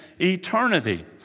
eternity